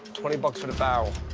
twenty bucks for the barrel.